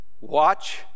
watch